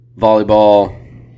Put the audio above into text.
Volleyball